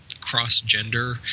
cross-gender